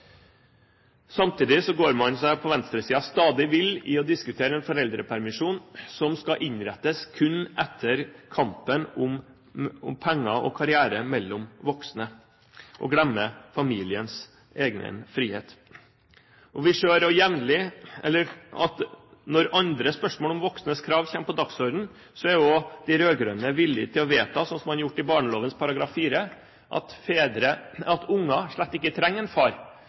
Samtidig går man seg på venstresiden stadig vill når man diskuterer en foreldrepermisjon som skal innrettes kun etter kampen om penger og karrieren til voksne, og man glemmer familiens egen frihet. Vi ser også jevnlig at når andre spørsmål om voksnes krav kommer på dagsordenen, er de rød-grønne villige til å vedta – slik man har gjort det i forbindelse med barneloven § 4 – at unger slett ikke trenger en far